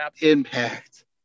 Impact